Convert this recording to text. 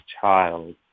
child